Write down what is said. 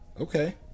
Okay